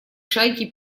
шайке